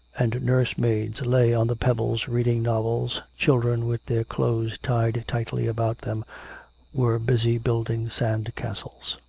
and nurse-maids lay on the pebbles reading novels, children with their clothes tied tightly about them were busy building sand castles.